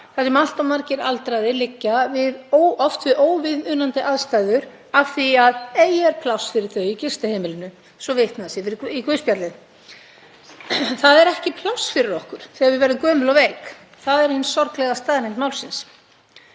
þar sem allt of margir aldraðir liggja við oft óviðunandi aðstæður af því að eigi er pláss fyrir þau í gistiheimilinu, svo að vitnað sé í guðspjöllin. Það er ekki pláss fyrir okkur þegar við verðum gömul og veik. Það er hin sorglega staðreynd málsins.